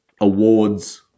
awards